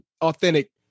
authentic